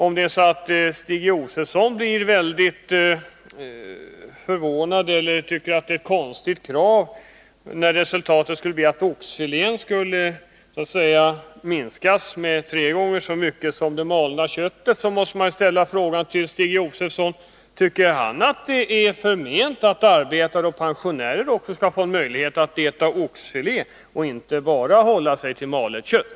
Om Stig Josefson blir förvånad över vårt krav eller tycker att det är konstigt mot bakgrund av att resultatet skulle bli att priset på oxfilé skulle gå ned tre gånger så mycket som priset på det malda köttet, måste man ställa frågan: Vill Stig Josefson förmena arbetare och pensionärer möjligheten att äta oxfilé? Skall de behöva hålla sig bara till malet kött?